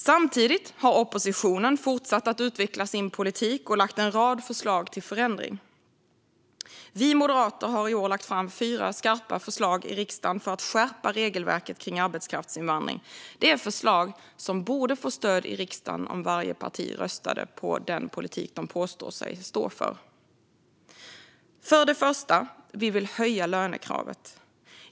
Samtidigt har oppositionen fortsatt att utveckla sin politik och lagt fram en rad förslag till förändring. Vi moderater har i år lagt fram fyra skarpa förslag i riksdagen för att skärpa regelverket kring arbetskraftsinvandring. Detta är förslag som borde få stöd i riksdagen om varje parti röstade på den politik de påstår sig stå för. För det första vill vi höja lönekravet.